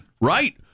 right